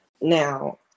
Now